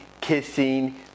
kissing